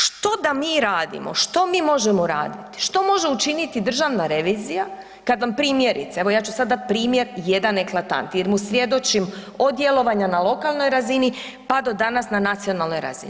Što da mi radimo, što možemo raditi, što može učiniti Državna revizija kada vam primjerice, evo ja ću sada dati primjer jedan eklatantan jer mu svjedočim od djelovanja na lokalnoj razini pa do danas na nacionalnoj razini.